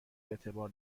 اعتبار